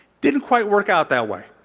didn't quite work out that way.